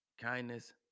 Kindness